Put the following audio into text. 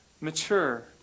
mature